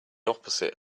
opposite